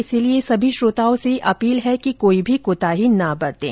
इसलिए सभी श्रोताओं से अपील है कि कोई भी कोताही न बरतें